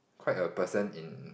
quite a person in